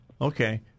Okay